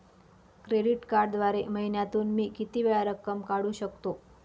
Credit कार्डद्वारे महिन्यातून मी किती वेळा रक्कम काढू शकतो?